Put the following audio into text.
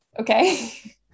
Okay